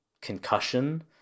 concussion